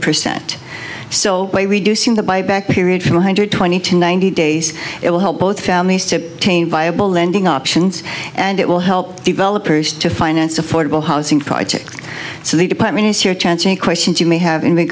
percent so by reducing the buyback period from one hundred twenty to ninety days it will help both families to attain viable lending options and it will help developers to finance affordable housing projects so the department it's your chance any questions you may have in the